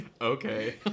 Okay